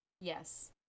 Yes